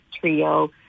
trio